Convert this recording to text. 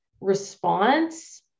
response